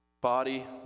body